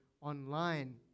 online